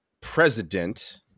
president